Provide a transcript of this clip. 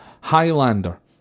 Highlander